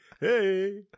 Hey